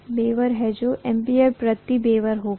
तो यह वेबर है जो एम्पीयर प्रति वेबर होगा